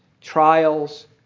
trials